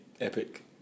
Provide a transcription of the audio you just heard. epic